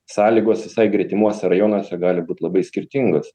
sąlygos visai gretimuose rajonuose gali būt labai skirtingos